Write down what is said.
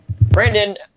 Brandon